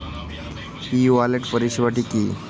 ই wallet পরিষেবাটি কি?